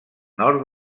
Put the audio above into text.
nord